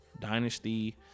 Dynasty